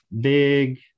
big